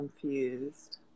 confused